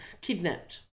Kidnapped